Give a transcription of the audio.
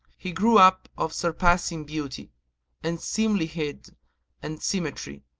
he grew up of surpassing beauty and seemlihead and symmetry,